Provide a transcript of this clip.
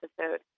episode